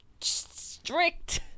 strict